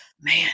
man